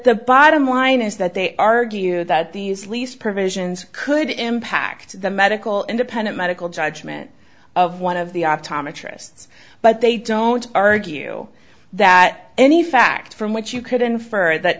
the bottom line is that they argue that these lease provisions could impact the medical independent medical judged of one of the optometrists but they don't argue that any facts from which you could infer that